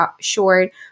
short